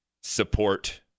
support